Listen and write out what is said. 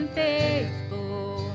faithful